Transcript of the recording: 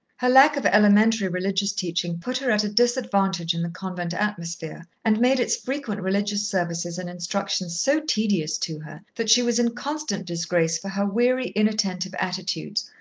her lack of elementary religious teaching put her at a disadvantage in the convent atmosphere, and made its frequent religious services and instructions so tedious to her, that she was in constant disgrace for her weary, inattentive attitudes,